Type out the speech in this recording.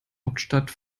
hauptstadt